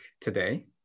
today